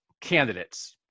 candidates